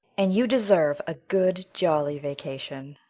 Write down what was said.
and you deserve a good, jolly vacation.